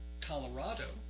Colorado